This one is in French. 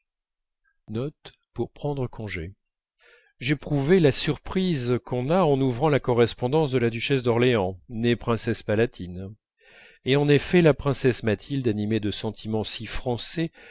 j'éprouvais la surprise qu'on a en ouvrant la correspondance de la duchesse d'orléans née princesse palatine et en effet la princesse mathilde animée de sentiments si français